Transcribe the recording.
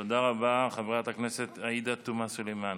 תודה רבה, חברת הכנסת עאידה תומא סלימאן.